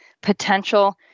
potential